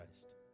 Christ